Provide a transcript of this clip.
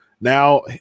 now